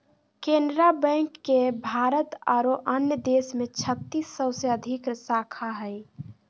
Canara bank के भारत आरो अन्य देश में छत्तीस सौ से अधिक शाखा हइ